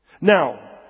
Now